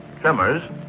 tremors